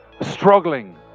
struggling